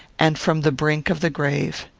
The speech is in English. and from the brink of the grave.